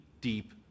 deep